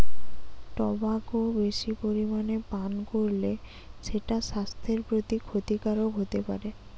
tobacco বেশি পরিমাণে পান কোরলে সেটা সাস্থের প্রতি ক্ষতিকারক হোতে পারে